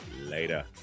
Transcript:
Later